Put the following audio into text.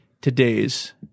today's